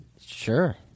Sure